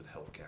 healthcare